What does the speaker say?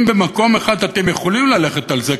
אם במקום אחד אתם יכולים ללכת על זה,